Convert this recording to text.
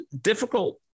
difficult